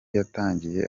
yatangiye